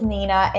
Nina